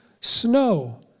snow